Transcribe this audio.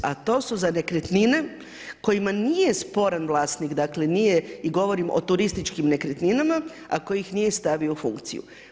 A to su nekretnine, kojima nije sporan vlasnik, dakle, nije i govorim o turističkim nekretninama, a kojih nije stavio u funkciju.